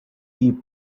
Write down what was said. deep